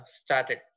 started